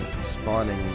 spawning